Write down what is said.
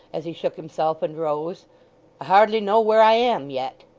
as he shook himself and rose. i hardly know where i am yet